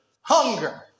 hunger